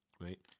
right